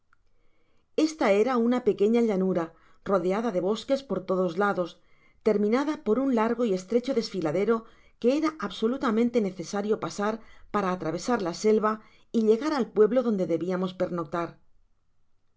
esta era una pequeña llanura rodeada de bosques por todos lados terminada por un largo y estrecho desfiladero que era absolutamente necesario pasar para atravesar la selva y llegar al pueblo donde debiamos pernoctar